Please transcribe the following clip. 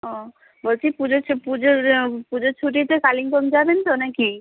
ও বলছি পুজোর ছু পুজোর পুজোর ছুটিতে কালিম্পং যাবেন তো নাকি